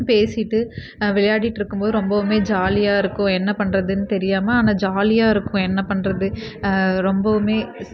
நல்லா பேசிகிட்டு ஆ விளையாடிகிட்டு இருக்கும் போது ரொம்பவுமே ஜாலியாக இருக்கும் என்ன பண்ணுறதுனு தெரியாமல் ஆனால் ஜாலியாக இருக்கும் என்ன பண்ணுறத ரொம்பவுமே